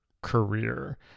career